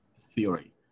theory